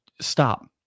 stop